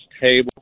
Table